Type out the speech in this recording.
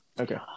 Okay